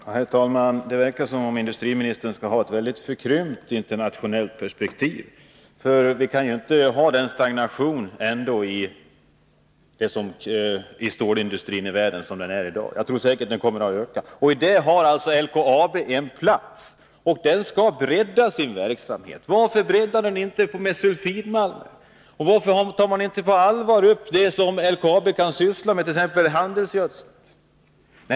Herr talman! Det verkar som om industriministern skulle ha ett väldigt förkrympt internationellt perspektiv. Den stagnation inom stålindustrin som råder i världen i dag kan inte vara bestående. Jag tror säkert att produktionen kommer att öka. I den produktionen har LKAB en plats, och bolaget skall bredda sin verksamhet. Varför satsar man inte på sulfidmalm? Varför tar man inte på allvar upp handelsgödseln, som LKAB kan syssla med?